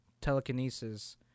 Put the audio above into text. telekinesis